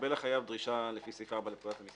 כשמקבל החייב דרישה לפי סעיף 4 לפקודת המסים,